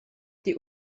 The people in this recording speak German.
die